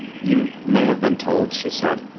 you may have been told, she said,